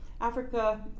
Africa